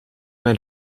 mijn